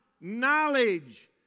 Knowledge